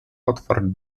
otwarł